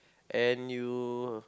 and you